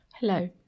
Hello